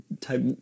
type